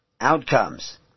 outcomes